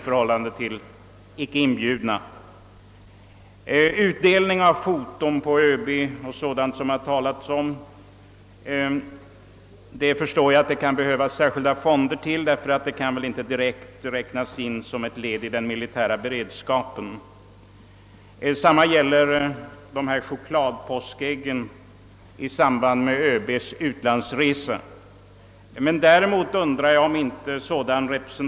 För utdelning av foton av ÖB o. d. förstår jag att det kan behövas särskilda fonder, då sådant väl inte kan räknas som led i den militära beredskapen. Detsamma gäller chockladpåskäggen i samband med ÖB:s USA-resa. Däremot undrar jag om inte reparation, för kr.